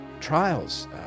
trials